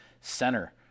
center